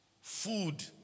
food